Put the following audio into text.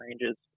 ranges